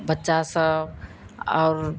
बच्चा सब और